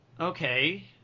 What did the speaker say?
Okay